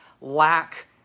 lack